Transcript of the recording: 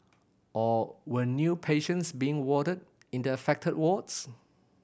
or when new patients being warded in the affected wards